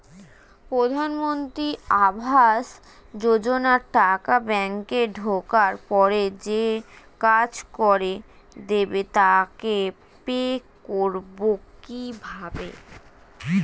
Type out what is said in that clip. প্রধানমন্ত্রী আবাস যোজনার টাকা ব্যাংকে ঢোকার পরে যে কাজ করে দেবে তাকে পে করব কিভাবে?